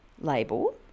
label